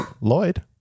Lloyd